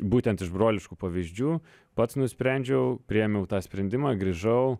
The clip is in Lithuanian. būtent iš broliškų pavyzdžių pats nusprendžiau priėmiau tą sprendimą grįžau